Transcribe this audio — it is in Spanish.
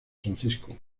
francisco